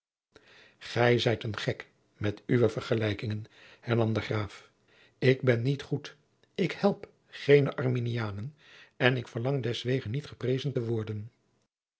gij zijt een gek met uwe vergelijkingen hernam de graaf ik ben niet goed ik help geene arminianen en ik verlang deswege niet geprezen te worden